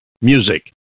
music